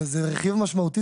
וזה רכיב משמעותי.